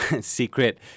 secret